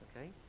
Okay